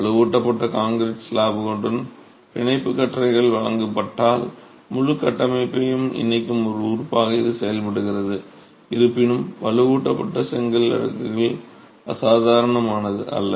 வலுவூட்டப்பட்ட கான்கிரீட் ஸ்லாப்புடன் பிணைப்பு கற்றைகள் வழங்கப்பட்டால் முழு கட்டமைப்பையும் இணைக்கும் ஒரு உறுப்பாக இது செயல்படுகிறது இருப்பினும் வலுவூட்டப்பட்ட செங்கல் அடுக்குகள் அசாதாரணமானது அல்ல